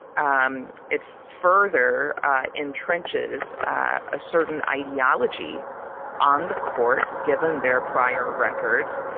um it further entrenches a certain ideology on the court, given their prior records.